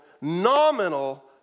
nominal